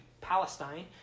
Palestine